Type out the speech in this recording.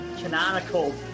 canonical